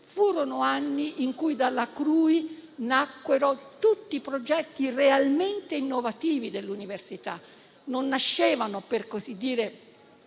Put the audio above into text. Furono anni in cui dalla CRUI nacquero tutti i progetti realmente innovativi dell'università. Non nascevano nel Ministero,